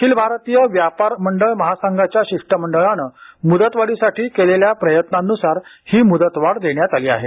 अखिल भारतीय व्यापार मंडळ महासंघाच्या शिष्टमंडळाने मुदतवाढीसाठी केलेल्या प्रयत्नांनुसार ही मुदतवाढ देण्यात आली आहे